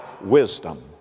wisdom